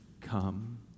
Come